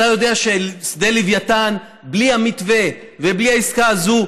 אתה יודע ששדה לווייתן בלי המתווה ובלי העסקה הזאת,